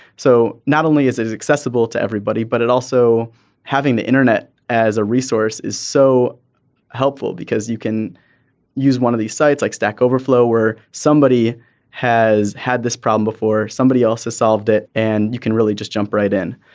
so not only is it accessible to everybody but it also having the internet as a resource is so helpful because you can use one of these sites like stack overflow where somebody has had this problem before somebody else is solved it and you can really just jump right in.